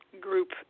group